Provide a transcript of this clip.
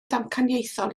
damcaniaethol